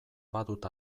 badut